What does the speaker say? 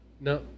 No